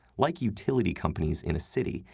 like utility companies in a city,